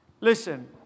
listen